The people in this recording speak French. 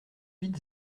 huit